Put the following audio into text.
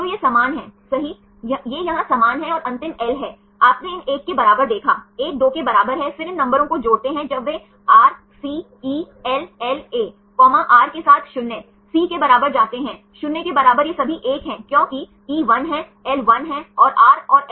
तो ये समान हैं सही ये यहां समान हैं और अंतिम एल है आपने इसे 1 के बराबर देखा एक 2 के बराबर है फिर इन नंबरों को जोड़ते हैं जब वे RCELLA R के साथ 0 C के बराबर जाते हैं 0 के बराबर ये सभी 1 हैं क्योंकि E 1 है L 1 है और R और L 1 है